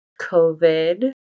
COVID